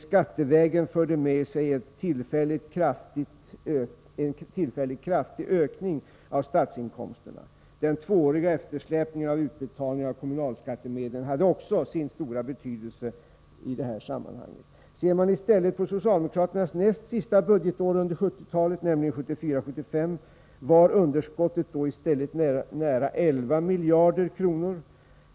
Skattevägen förde det med sig en tillfällig kraftig ökning av statsinkomsterna. Den tvååriga eftersläpningen av utbetalningen av kommunalskattemedlen hade också sin stora betydelse i det här sammanhanget. Ser man i stället på socialdemokraternas näst sista budgetår under 1970-talet — nämligen 1974/75 — var underskottet i stället nära 11 miljarder kronor.